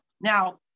Now